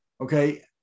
okay